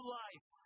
life